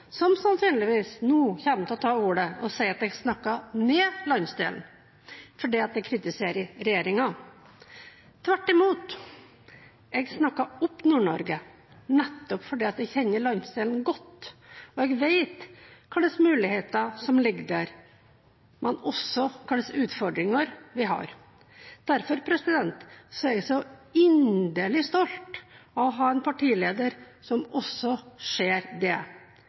som sannsynligvis nå kommer til å ta ordet for å si at jeg snakker ned landsdelen, fordi jeg kritiserer regjeringen: Tvert imot, jeg snakker opp Nord-Norge, nettopp fordi jeg kjenner landsdelen godt og vet hvilke muligheter som ligger der, men også hvilke utfordringer vi har. Derfor er jeg så inderlig stolt av å ha en partileder som også ser det.